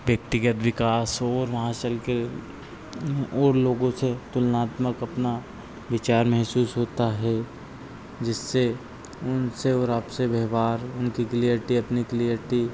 व्यक्तिगत विकास हो और वहाँ से चलकर वहाँ और लोगों से तुलनात्मक अपना विचार महसूस होता है जिससे उनसे और आपसे व्यवहार उनकी क्लियर्टी अपनी क्लियर्टी